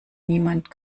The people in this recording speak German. niemand